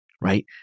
right